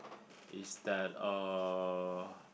is that uh